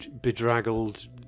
Bedraggled